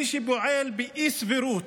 מי שפועל באי-סבירות,